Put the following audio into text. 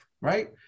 right